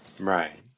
Right